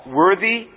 worthy